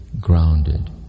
grounded